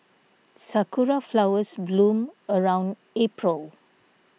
sakura flowers bloom around April